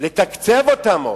לתקצב אותם עוד.